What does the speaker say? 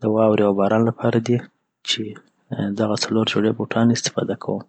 د واوري اوباران لپاره دي چی دغه څلور جوړی بوټان استفاده کوم